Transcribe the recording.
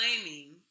claiming